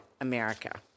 America